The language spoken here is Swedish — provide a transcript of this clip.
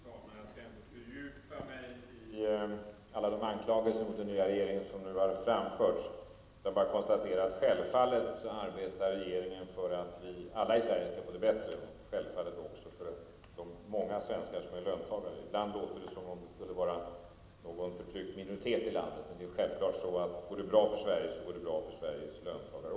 Fru talman! Jag skall inte fördjupa mig i alla de anklagelser mot den nya regeringen som nu har framförts, utan bara konstatera att regeringen självfallet arbetar för att vi alla i Sverige skall få det bättre, självfallet också de många svenskar som är löntagare. Ibland låter det som om de skulle vara någon förtryckt minoritet i landet, men går det bra för Sverige går det självklart också bra för Sveriges löntagare.